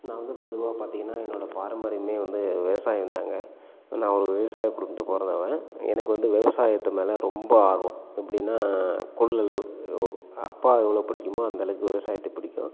நான் வந்து பொதுவாக பார்த்திங்கனா என்னோட பாரம்பரியமே வந்து விவசாயந்தாங்க நா ஒரு விவசாயக் குடும்பத்தில் பிறந்தவன் எனக்கு வந்து விவசாயத்து மேலே ரொம்ப ஆர்வம் எப்படின்னா கொள்ளளவு அப்பா எவ்வளோ பிடிக்குமோ அந்தளவுக்கு விவசாயத்தை பிடிக்கும்